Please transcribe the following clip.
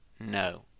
no